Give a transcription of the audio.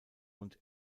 und